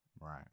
Right